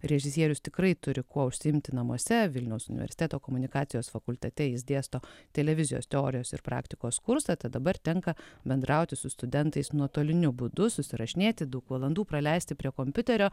režisierius tikrai turi kuo užsiimti namuose vilniaus universiteto komunikacijos fakultete jis dėsto televizijos teorijos ir praktikos kursą tai dabar tenka bendrauti su studentais nuotoliniu būdu susirašinėti daug valandų praleisti prie kompiuterio